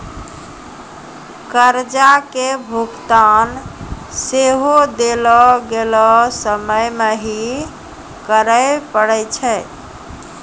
कर्जा के भुगतान सेहो देलो गेलो समय मे ही करे पड़ै छै